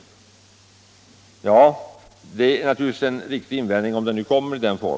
Det är naturligtvis en riktig invändning, om den nu kommer.